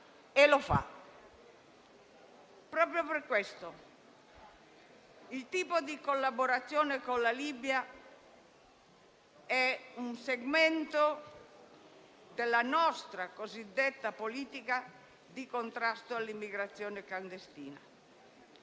e lo fa. Proprio per questo, il tipo di collaborazione con la Libia è un segmento della nostra cosiddetta politica di contrasto all'immigrazione clandestina,